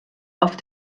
auf